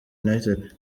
united